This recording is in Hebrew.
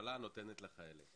שהממשלה נותנת לחיילים.